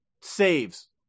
saves